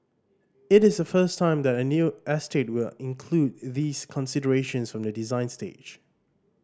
it is the first time that a new estate will include these considerations from the design stage